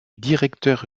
directeur